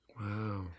Wow